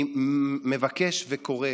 אני מבקש וקורא